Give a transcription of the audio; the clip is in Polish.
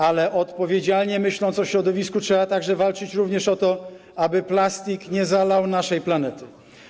Ale odpowiedzialnie myśląc o środowisku, trzeba walczyć również o to, aby plastik nie zalał naszej planety.